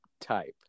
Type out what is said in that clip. type